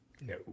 No